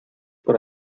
por